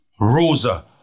Rosa